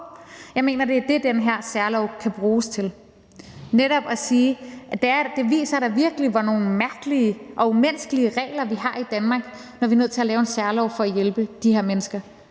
Jeg mener, at det er det, den her særlov kan bruges til, altså netop at sige, at det virkelig viser, hvor mærkelige og umenneskelige, de regler, vi har i Danmark, er, når vi er nødt til at lave en særlov for at hjælpe de her mennesker.